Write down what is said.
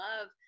love